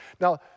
Now